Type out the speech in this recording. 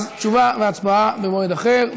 אז תשובה והצבעה במועד אחר.